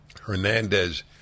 Hernandez